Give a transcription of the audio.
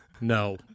No